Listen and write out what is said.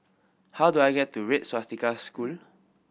how do I get to Red Swastika School